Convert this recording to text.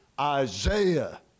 Isaiah